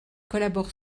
collabore